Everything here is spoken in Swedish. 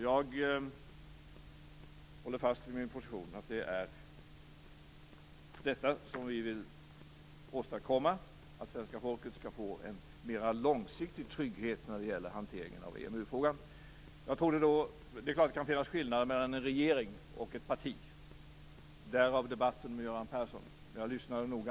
Jag håller fast vid min position att det som vi vill åstadkomma är en mera långsiktig trygghet för svenska folket när det gäller hanteringen av EMU-frågan. Det är klart att det kan finnas skillnader mellan en regering och ett parti - därav debatten med Göran Persson, och jag lyssnade noga.